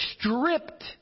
stripped